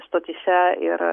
stotyse ir